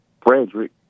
Frederick